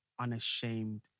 unashamed